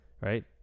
right